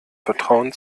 vertrauen